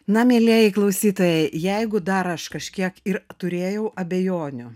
na mielieji klausytojai jeigu dar aš kažkiek ir turėjau abejonių